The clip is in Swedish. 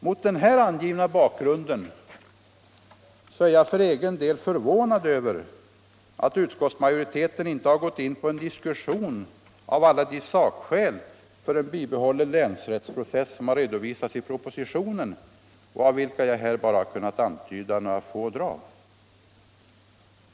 Mot den angivna bakgrunden är jag för egen del förvånad över att utskottsmajoriteten inte har gått in på en diskussion av alla de sakskäl för en bibehållen länsrättsprocess som har redovisats i propositionen och av vilka jag här bara har kunnat antyda några få drag.